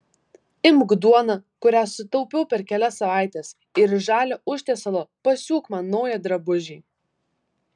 imk duoną kurią sutaupiau per kelias savaites ir iš žalio užtiesalo pasiūk man naują drabužį